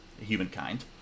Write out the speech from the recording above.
humankind